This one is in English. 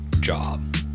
job